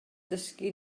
dysgu